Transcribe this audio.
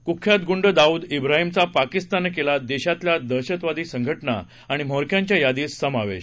कुख्यात गुंड दाऊद ब्राहिमचा पाकिस्ताननं केला देशातल्या दहशतवादी संघटना आणि म्होरक्यांच्या यादीत समावेश